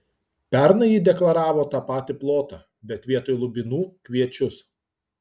pernai ji deklaravo tą patį plotą bet vietoj lubinų kviečius